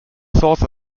source